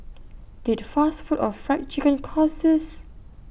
did fast food or Fried Chicken cause this